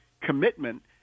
commitment